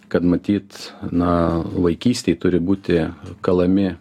kad matyt na vaikystėj turi būti kalami